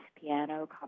piano